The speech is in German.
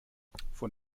von